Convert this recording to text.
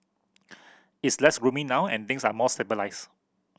it's less gloomy now and things are more stabilised